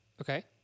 Okay